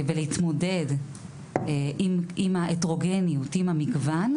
ולהתמודד עם ההטרוגניות ועם המגוון.